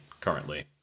currently